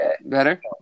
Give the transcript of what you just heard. Better